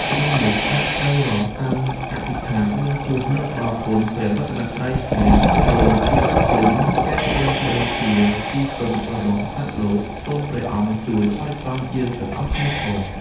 គ្រានោះ ស្ដេចត្រីរ៉ស់តាំងអធិដ្ឋានបួងសួងនឹកដល់គុណព្រះរតនត្រ័យថា៖ «សូមតេជគុណកែវទាំងបីជាទីពឹងរបស់សត្វលោក សូមព្រះអង្គជួយស្រោចស្រង់យើងទាំងអស់គ្នាផង»។